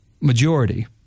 majority